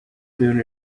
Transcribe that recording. soon